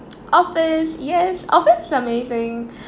office yes office is amazing